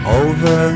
over